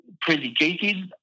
predicated